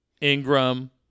Ingram